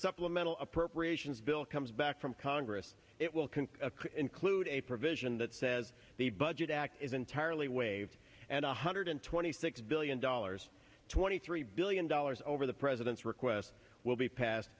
supplemental appropriations bill comes back from congress it will can include a provision that says the budget act is entirely waived and one hundred twenty six billion dollars twenty three billion dollars over the president's request will be passed